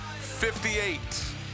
58